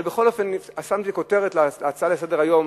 אבל בכל אופן שמתי כותרת להצעה לסדר-היום,